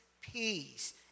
peace